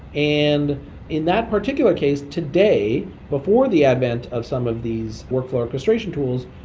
and in that particular case, today before the advent of some of these workflow orchestration tools,